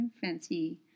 fancy